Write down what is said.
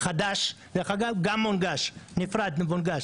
חדש גם נפרד ומונגש.